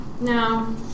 No